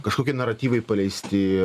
kažkokie naratyvai paleisti